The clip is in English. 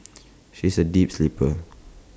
she is A deep sleeper